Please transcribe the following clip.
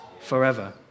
forever